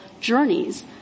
journeys